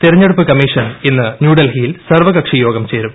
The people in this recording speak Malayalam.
തെരഞ്ഞെടുപ്പ് കമ്മീഷൻ ഇന്ന് ന്യൂഡൽഹിയിൽ സർവ്വകക്ഷിയോഗം ചേരും